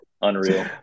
Unreal